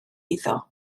iddo